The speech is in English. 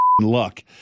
luck